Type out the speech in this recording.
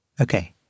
Okay